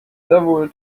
several